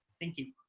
thank you.